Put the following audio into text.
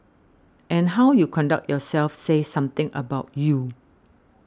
and how you conduct yourself says something about you